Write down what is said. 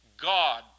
God